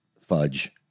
Fudge